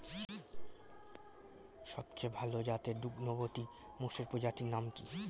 সবচেয়ে ভাল জাতের দুগ্ধবতী মোষের প্রজাতির নাম কি?